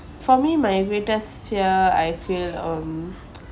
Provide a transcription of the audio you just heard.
for me my greatest fear I feel um